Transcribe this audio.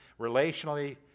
relationally